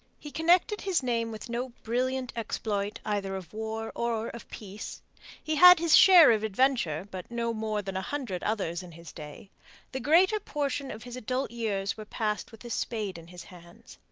he connected his name with no brilliant exploit either of war or of peace he had his share of adventure, but no more than a hundred others in his day the greater portion of his adult years were passed with a spade in his hands.